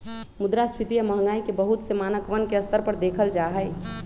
मुद्रास्फीती या महंगाई के बहुत से मानकवन के स्तर पर देखल जाहई